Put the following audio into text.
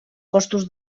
costos